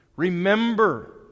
Remember